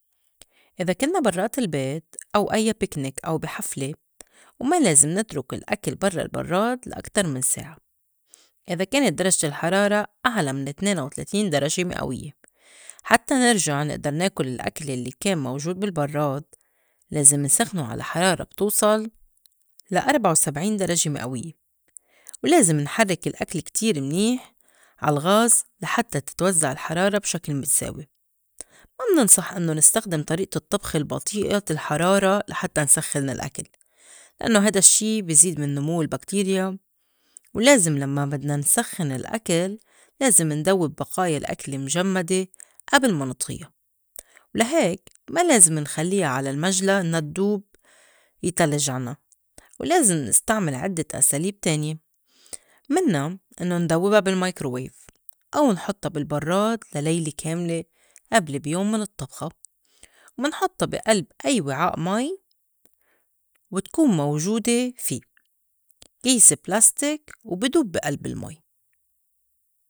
إذا كنّا برّات البيت أو أيّا بكنيك أو بي حفلة، وما لازم نترُك الأكل برّا البرّاد لأكتر من ساعة إذا كانت درجة الحرارة أعلى من تنينا وتلاتين درجة مئويّة. حتّى نرجع نأدر ناكل الأكل يلّي كان موجود بالبرّاد لازم نسخنو على حرارة بتوصل لأربعة وسبعين درجة مئويّة، ولازم نحرّك الأكل كتير منيح عالغاز لحتّى تتوزّع الحرارة بشكل متساوي. ما مننصح إنّو نستخدم طريئة الطّبخ البطيئة الحرارة لحتّى نسخّن الأكل، لإنّو هيدا الشّي بيزيد من نمو الباكتيريا، ولازم لمّا بدنا نسخّن الأكل لازم ندوّب بقايا الأكل لي مجمّدة أبل ما نطهيا، ولا هيك ما لازِم نخلّيا على المجْلى إنّا ادّوب يْتَلِج عَنَا، ولازم نستعمل عدّة أساليب تانية مِنّا إنّو ندوبا بال مايكرو وايف أو نحطّا بالبرّاد لا ليلة كاملة أبل بيوم من الطّبخة، ومنحطّا بي ألب أي وِعاء مي وتكون موجودة في كيس بلاستيك وبِي دوب بي ألب المي.